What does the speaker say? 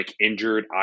injured